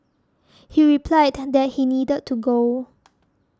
he replied that he needed to go